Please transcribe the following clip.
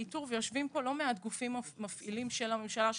יושבים פה לא מעט גופים מפעילים של הממשלה,